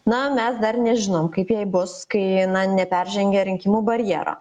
na mes dar nežinom kaip jai bus kai neperžengė rinkimų barjero